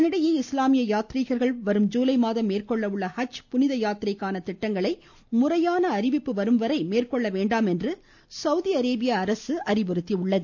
இதனிடையே இஸ்லாமிய யாத்ரீகர்கள் வரும் ஜுலை மாதம் மேற்கொள்ள உள்ள ஹஜ் புனித யாத்திரைக்கான திட்டங்களை முறையான அறிவிப்பு வரும்வரை மேற்கொள்ள வேண்டாம் என சௌதி அரேபிய அரசு அறிவுறுத்தியுள்ளது